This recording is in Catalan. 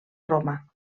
roma